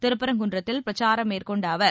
திருப்பரங்குன்றத்தில் பிரச்சாரம் மேற்கொண்ட அவர்